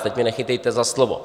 Teď mě nechytejte za slovo.